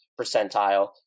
percentile